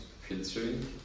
filtering